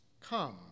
Come